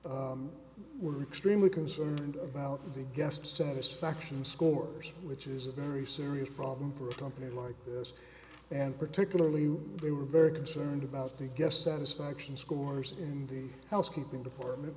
executives were extremely concerned about the guest satisfaction scores which is a very serious problem for a company like this and particularly they were very concerned about the guest satisfaction scores in the housekeeping department